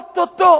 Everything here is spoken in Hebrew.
או-טו-טו,